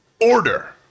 order